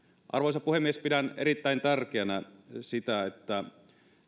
arvoisa puhemies pidän erittäin tärkeänä sitä että